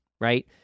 right